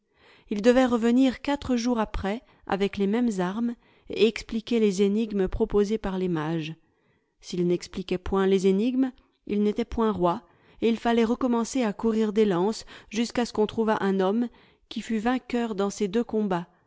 il devait revenir quatre jours après avec les mêmes armes et expliquer les énigmes proposées par les mages s'il n'expliquait point les énigmes il n'était point roi et il fallait recommencer à courir des lances jusqu'à ce qu'on trouvât un homme qui fût vainqueur dans ces deux combats